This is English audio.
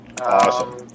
Awesome